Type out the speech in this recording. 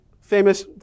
famous